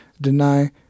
deny